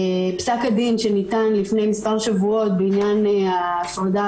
פסק הדין שניתן לפני מספר שבועות בעניין ההפרדה